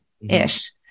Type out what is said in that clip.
ish